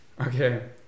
okay